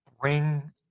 bring